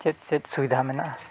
ᱪᱮᱫ ᱪᱮᱫ ᱥᱩᱵᱤᱫᱷᱟ ᱢᱮᱱᱟᱜᱼᱟ